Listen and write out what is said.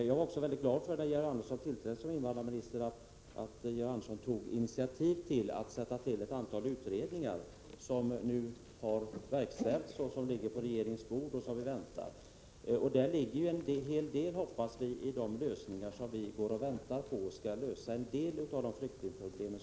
Jag var mycket glad för att Georg Andersson, när han tillträdde som invandrarminister, tog initiativ till tillsättande av ett antal utredningar, som nu har verkställts och som ligger på regeringens bord. Vi väntar på förslag, och vi hoppas att där skall finnas en del av de lösningar som vi tror skall lösa vissa av flyktingproblemen.